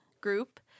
group